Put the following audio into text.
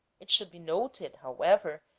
it should be noted, however,